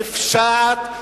נפשעת,